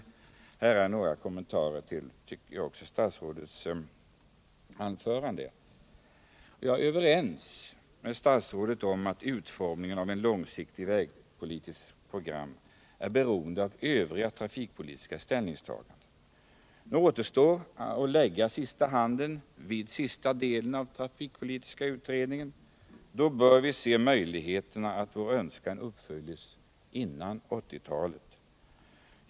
Jag vill också göra några kommentarer till statsrådets anförande. Jag är överens med statsrådet om att utformningen av ett långsiktigt vägpolitiskt program är beroende av övriga trafikpolitiska ställningstaganden. Nu återstår att lägga sista handen vid sista delen av trafikpolitiska utredningen. Då bör vi se en möjlighet att våra önskningar uppfylls före 1980-talet.